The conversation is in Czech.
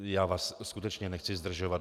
Já vás skutečně nechci zdržovat.